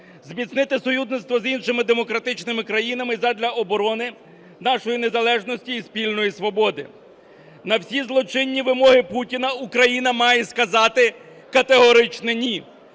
зміцнити союзництво з іншими демократичними країнами задля оборони нашої незалежності і спільної свободи. На всі злочинні вимоги Путіна Україна має сказати категоричне "ні".